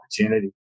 opportunity